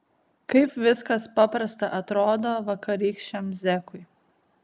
kaip viskas paprasta atrodo vakarykščiam zekui